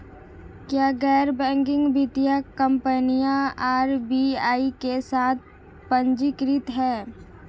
क्या गैर बैंकिंग वित्तीय कंपनियां आर.बी.आई के साथ पंजीकृत हैं?